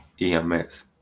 ems